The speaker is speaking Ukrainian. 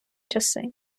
часи